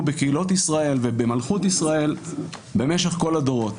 בקהילות ישראל ובמלכות ישראל במשך כל הדורות.